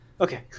Okay